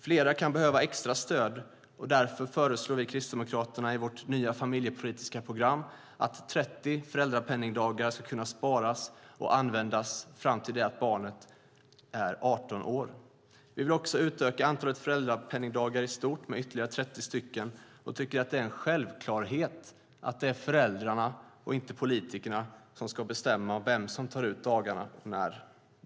Flera kan behöva extra stöd, och därför föreslår vi kristdemokrater i vårt nya familjepolitiska program att 30 föräldrapenningdagar ska kunna sparas och användas fram till dess att barnet är 18 år. Vi vill också utöka antalet föräldrapenningdagar i stort med ytterligare 30 och tycker att det är en självklarhet att det är föräldrarna, inte politikerna, som ska bestämma vem som tar ut dagarna och när.